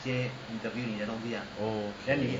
oh okay